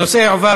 הנושא יועבר